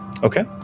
okay